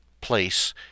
Place